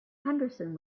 henderson